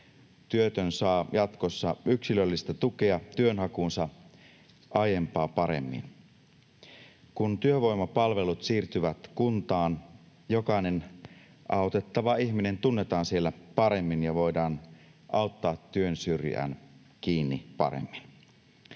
Työtön saa jatkossa yksilöllistä tukea työnhakuunsa aiempaa paremmin. Kun työvoimapalvelut siirtyvät kuntaan, jokainen autettava ihminen tunnetaan siellä paremmin ja voidaan auttaa työn syrjään kiinni paremmin.